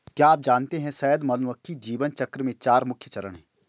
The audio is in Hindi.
क्या आप जानते है शहद मधुमक्खी जीवन चक्र में चार मुख्य चरण है?